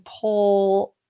pull